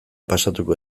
pasatuko